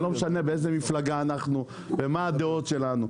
זה לא משנה באיזו מפלגה אנחנו ומה הדעות שלנו,